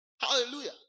Hallelujah